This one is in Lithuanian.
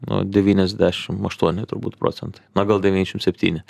nu devyniasdešim aštuoni turbūt procentai na gal devyniasdešim septyni